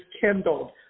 kindled